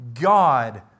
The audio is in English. God